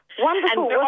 Wonderful